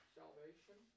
salvation